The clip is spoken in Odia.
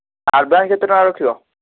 ଆଡ଼ଭାନ୍ସ୍ କେତେ ଟଙ୍କା ରଖିବ